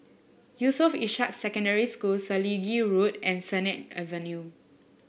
Yusof Ishak Secondary School Selegie Road and Sennett Avenue